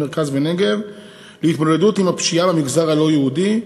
מרכז ונגב להתמודדות עם הפשיעה במגזר הלא-יהודי,